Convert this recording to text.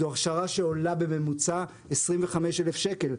זו הכשרה שעולה בממוצע 25,000 שקל.